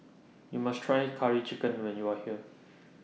YOU must Try Curry Chicken when YOU Are here